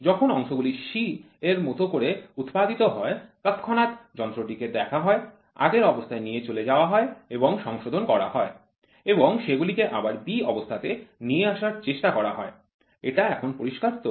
যখন অংশগুলি c এর মত করে উৎপাদিত হয় তৎক্ষণাত যন্ত্রটিকে দেখা হয় আগের অবস্থায় নিয়ে চলে যাওয়া হয় এবং সংশোধন করা হয় এবং সেগুলিকে আবার b অবস্থাতে নিয়ে আসার চেষ্টা করা হয় এটা এখন পরিষ্কার তো